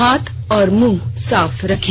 हाथ और मुंह साफ रखें